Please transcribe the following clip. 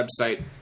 website